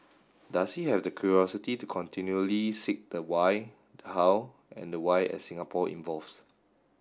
does he have the curiosity to continually seek the why how and the why as Singapore evolves